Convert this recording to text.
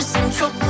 Central